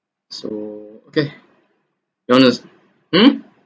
so okay you want to hmm